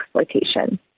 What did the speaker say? exploitation